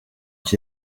iki